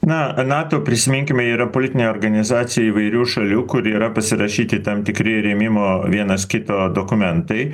na nato prisiminkime yra politinė organizacija įvairių šalių kur yra pasirašyti tam tikri rėmimo vienas kito dokumentai